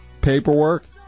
paperwork